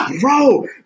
Bro